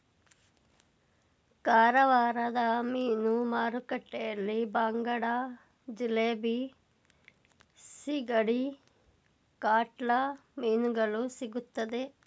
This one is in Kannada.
ಕಾರವಾರದ ಮೀನು ಮಾರುಕಟ್ಟೆಯಲ್ಲಿ ಬಾಂಗಡ, ಜಿಲೇಬಿ, ಸಿಗಡಿ, ಕಾಟ್ಲಾ ಮೀನುಗಳು ಸಿಗುತ್ತದೆ